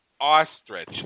ostrich